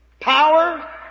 power